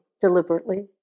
deliberately